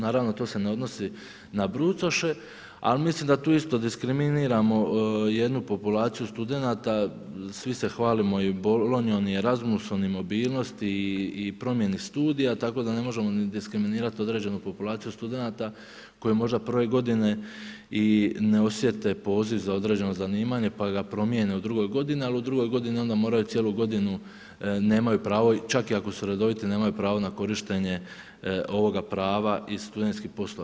Naravno to se ne odnosi na brucoše, ali mislim da tu isto diskriminiramo jednu populaciju studenata, svi se hvalimo i Bolonjom i Erasmusom i mobilnosti i promjeni studija tako da ne možemo ni diskriminirat određenu populaciju studenata koji možda prve godine i ne osjete poziv za određeno zanimanje pa ga promijene u drugoj godini, a u drugoj godini onda moraju cijelu godinu, nemaju pravo, čak i ako su redoviti, nemaju pravo na korištenje ovoga prava iz studentskih poslova.